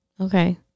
Okay